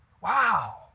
Wow